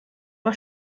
war